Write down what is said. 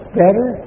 better